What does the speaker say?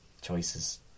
choices